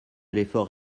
l’effort